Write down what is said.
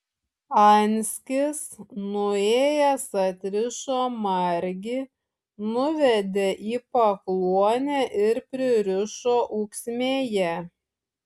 anskis nuėjęs atrišo margį nuvedė į pakluonę ir pririšo ūksmėje